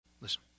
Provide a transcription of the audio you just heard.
Listen